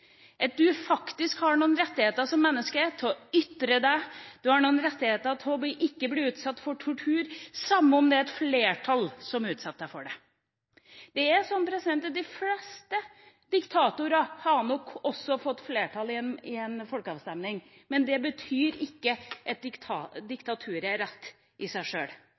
at du faktisk har noen rettigheter som menneske til å ytre deg og til ikke å bli utsatt for tortur, uansett om det er et flertall som utsetter deg for det. De fleste diktatorer hadde nok fått flertall i en folkeavstemning, men det betyr ikke at diktaturet i seg sjøl er rett. Menneskerettighetenes iboende kraft ligger i